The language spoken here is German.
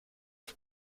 auf